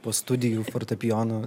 po studijų fortepijono